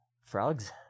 frogs